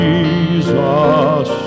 Jesus